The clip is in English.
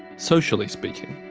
socially speaking.